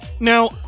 Now